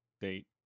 date